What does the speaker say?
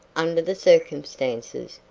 under the circumstances,